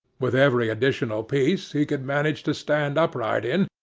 with every additional piece he could manage to stand upright in,